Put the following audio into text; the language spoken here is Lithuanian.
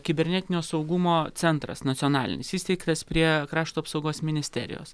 kibernetinio saugumo centras nacionalinis įsteigtas prie krašto apsaugos ministerijos